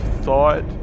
thought